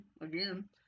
again